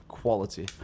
quality